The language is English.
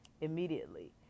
immediately